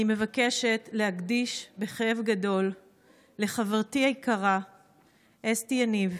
מבקשת להקדיש בכאב גדול לחברתי היקרה אסתי יניב,